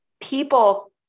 people